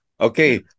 Okay